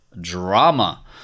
drama